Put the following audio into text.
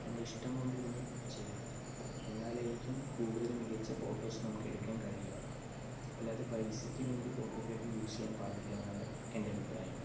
നമ്മുടെ ഇഷ്ടം കൊണ്ട് ഇതിനെ ചെയ്യണം എന്നാലായിരിക്കും കൂടുതൽ മികച്ച ഫോട്ടോസ് നമുക്കെടുക്കാൻ കഴിയുക അല്ലാതെ പൈസയ്ക്ക് വേണ്ടി ഫോട്ടോഗ്രാഫി യൂസ് ചെയ്യാൻ പാടില്ലയെന്നാണ് എൻ്റെ അഭിപ്രായം